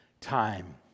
time